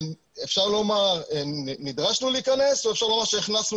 אפשר לומר נדרשנו להיכנס או שאפשר לומר שהכנסנו